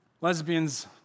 lesbians